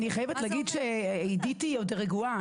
אני חייבת להגיד שעידית היא עוד רגועה,